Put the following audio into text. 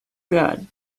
good